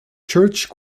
church